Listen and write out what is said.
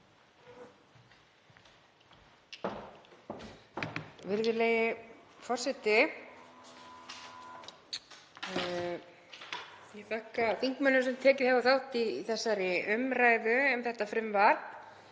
Virðulegi forseti. Ég þakka þingmönnum sem tekið hafa þátt í þessari umræðu um þetta frumvarp.